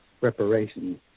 reparations